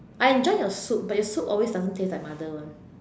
I enjoy your soup but your soup always doesn't taste like mother one